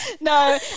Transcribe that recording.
No